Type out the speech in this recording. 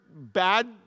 bad